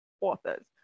authors